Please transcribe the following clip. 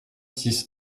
six